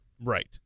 Right